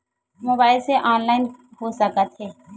Mobile से online हो सकत हे?